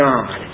God